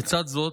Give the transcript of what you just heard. לצד זאת,